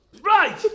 Right